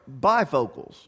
bifocals